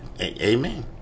Amen